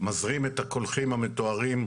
מזרים את הקולחים המטוהרים,